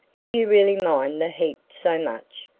do you really mind the heat so much?